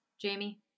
Jamie